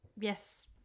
yes